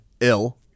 Ill